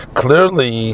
clearly